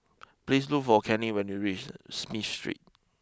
please look for Kenny when you reach Smith Street